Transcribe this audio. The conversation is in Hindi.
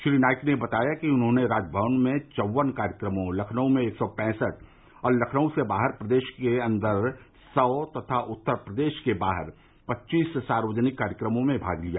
श्री नाईक ने बताया कि उन्होंने राजमंवन में चौवन कार्यक्रमों लखनऊ में एक सौ पैंसठ और लखनऊ से बाहर प्रदेश के अंदर सौ तथा उत्तर प्रदेश के बाहर पच्चीस सार्वजनिक कार्यक्रमों में भाग लिया